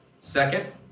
Second